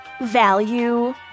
value